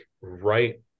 right